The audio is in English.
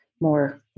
more